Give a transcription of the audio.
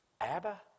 Abba